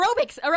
Aerobics